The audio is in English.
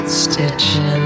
stitching